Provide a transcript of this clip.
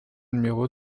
numéro